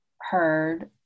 heard